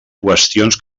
qüestions